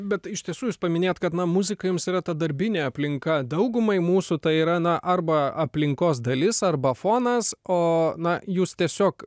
bet iš tiesų jūs paminėjot kad na muzika jums yra ta darbinė aplinka daugumai mūsų tai yra na arba aplinkos dalis arba fonas o na jūs tiesiog